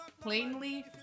plainly